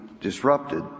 disrupted